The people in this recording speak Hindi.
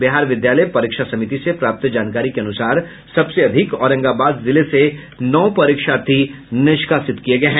बिहार विद्यालय परीक्षा समिति से प्राप्त जानकारी के अनुसार सबसे अधिक औरंगाबाद जिले से नौ परीक्षार्थी निष्कासित किये गये है